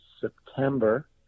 September